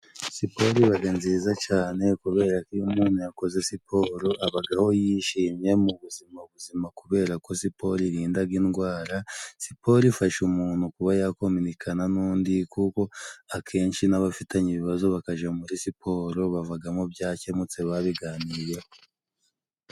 Siporo ibaga nziza cane kubera ko iyo umuntu yakoze siporo abagaho yishimye mu buzima buzima, kubera ko siporo irindaga indwara, siporo ifasha umuntu kuba yakomonikana n'undi, kuko akenshi n'abafitanye ibibazo bakaja muri siporo bavagamo byakemutse babiganiriyeho.